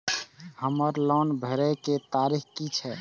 हमर लोन भरय के तारीख की ये?